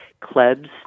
Klebs